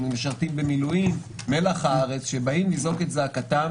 משרתים במילואים מלח הארץ שבאים לזעוק את זעקתם